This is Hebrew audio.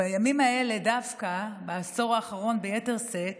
בימים האלה דווקא, בעשור האחרון ביתר שאת,